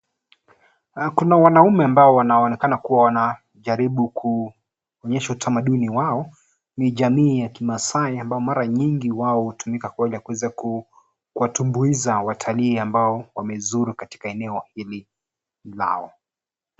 Kuna wanaume ambao wanaonekana kuwa wanajaribu kuonyesha utamaduni wao. Ni jamii ya kiMaasai ambao mara mingi wao hutumika kwenda kuweza kuwatumbuiza watalii ambao wamezuru katika eneo hili lao.